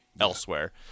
elsewhere